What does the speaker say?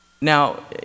Now